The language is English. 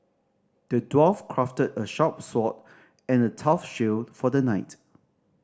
the dwarf crafted a sharp sword and a tough shield for the knight